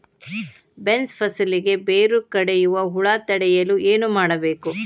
Beans ಫಸಲಿಗೆ ಬೇರು ಕಡಿಯುವ ಹುಳು ತಡೆಯಲು ಏನು ಮಾಡಬೇಕು?